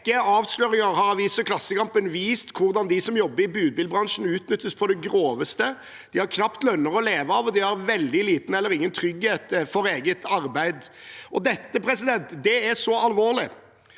rekke avsløringer har avisen Klassekampen vist hvordan de som jobber i budbilbransjen, utnyttes på det groveste. De har knapt en lønn å leve av, og de har veldig liten eller ingen trygghet for eget arbeid. Dette er så alvorlig